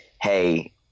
hey